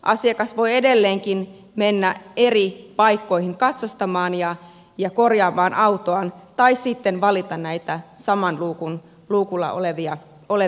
asiakas voi edelleenkin mennä eri paikkoihin katsastamaan ja korjaamaan autoaan tai sitten valita näitä samalla luukulla olevia palveluita